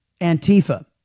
Antifa